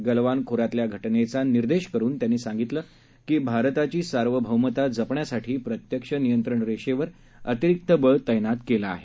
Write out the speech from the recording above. गलवान खोऱ्यातल्या घटनेचा निर्देश करुन त्यांनी सांगितलं की भारताची सार्वभौमता जपण्यासाठी प्रत्यक्ष नियंत्रण रेषेवर अतिरिक्त बळ तैनात केलं आहे